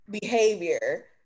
behavior